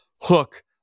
hook